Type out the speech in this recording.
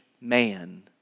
man